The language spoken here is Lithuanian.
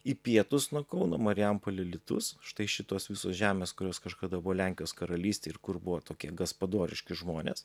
į pietus nuo kauno marijampolė alytus štai šitos visos žemės kurios kažkada buvo lenkijos karalystė ir kur buvo tokie gaspadoriški žmonės